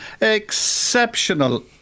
exceptional